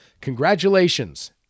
Congratulations